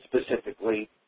specifically